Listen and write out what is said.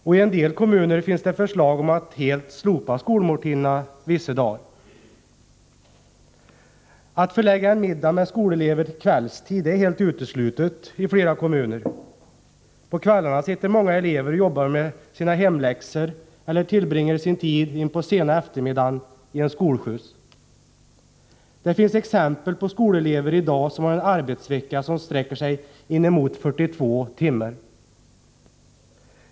Och i en del kommuner finns det förslag om att helt slopa skolmåltiderna vissa dagar. Att förlägga en middag med skolelever till kvällstid är helt uteslutet i flera kommuner. På kvällarna sitter många elever och jobbar med sina hemläxor eller tillbringar sin tid in på sena eftermiddagen i en skolskjuts. Det finns exempel på skolelever i dag som har en arbetsvecka som sträcker sig inemot 42 timmar.